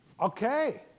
Okay